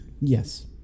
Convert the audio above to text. Yes